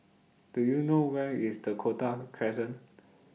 Do YOU know Where IS The Dakota Crescent